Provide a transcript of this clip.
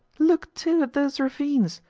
look, too, at those ravines!